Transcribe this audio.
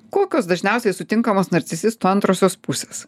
kokios dažniausiai sutinkamos narcisistų antrosios pusės